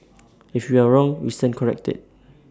if we are wrong we stand corrected